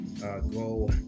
go